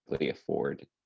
afford